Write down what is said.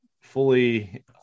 fully